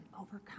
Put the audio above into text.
overcome